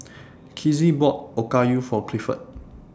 Kizzy bought Okayu For Clifford